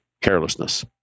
carelessness